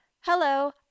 hello